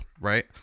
right